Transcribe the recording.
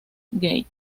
gate